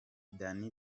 danny